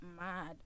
mad